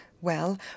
Well